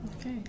Okay